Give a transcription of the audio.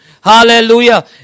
Hallelujah